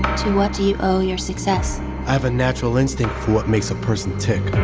to what do you owe your success? i have a natural instinct for what makes a person tick.